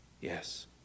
Yes